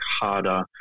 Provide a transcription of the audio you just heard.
harder